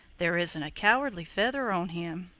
there isn't a cowardly feather on him.